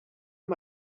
amb